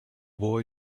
boy